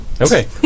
Okay